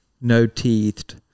no-teethed